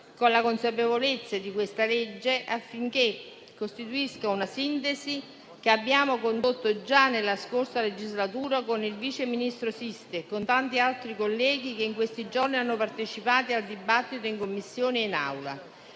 con la consapevolezza che questo disegno di legge costituisce una sintesi, che abbiamo condotto già nella scorsa legislatura con il vice ministro Sisto e con tanti altri colleghi, che in questi giorni hanno partecipato al dibattito in Commissione e in Aula.